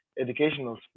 educational